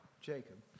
Jacob